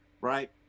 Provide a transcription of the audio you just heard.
right